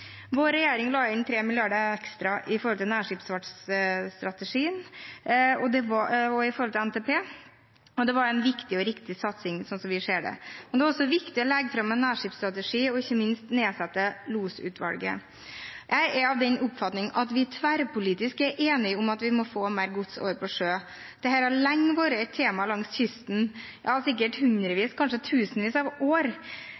Vår regjering la inn 3 mrd. kr ekstra i nærskipsfartsstrategien og i NTP. Det var en viktig og riktig satsing, sånn som vi ser det. Men det var også viktig å legge fram en nærskipsstrategi, og – ikke minst – nedsette Losutvalget. Jeg er av den oppfatning at vi tverrpolitisk er enige om at vi må få mer gods over på sjø. Dette har lenge vært et tema langs kysten – ja, sikkert